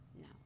No